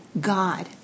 God